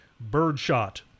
birdshot